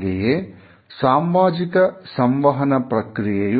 ಹಾಗೆಯೇ ಸಾಮಾಜಿಕ ಸಂವಹನ ಪ್ರಕ್ರಿಯೆಯ